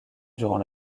durant